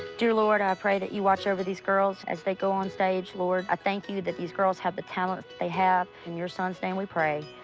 dear lord, i pray that you watch over these girls as they go on stage. lord, i ah thank you that these girls have the talent they have. in your son's name we pray.